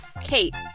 Kate